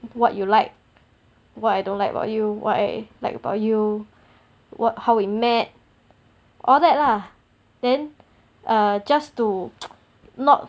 what you like what I don't like what you what I like about you what how we met all that lah then err just to not